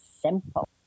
simple